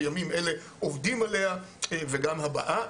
בימים אלה עובדים עליה וגם הבאה,